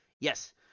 Yes